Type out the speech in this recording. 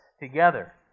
together